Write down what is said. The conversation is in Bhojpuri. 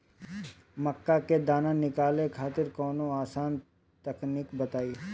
मक्का से दाना निकाले खातिर कवनो आसान तकनीक बताईं?